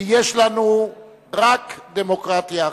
כי יש לנו רק דמוקרטיה אחת.